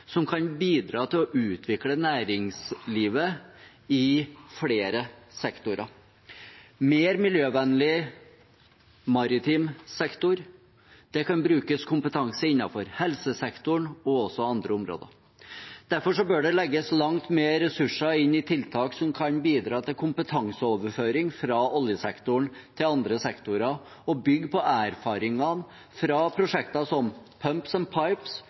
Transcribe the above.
som kan bidra til å utvikle næringslivet i flere sektorer – en mer miljøvennlig maritim sektor, kompetanse innenfor helsesektoren og også andre områder. Derfor bør det legges langt mer ressurser inn i tiltak som kan bidra til kompetanseoverføring fra oljesektoren til andre sektorer og bygge på erfaringer fra prosjekter som Pumps